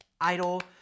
idol